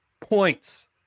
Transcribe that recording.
points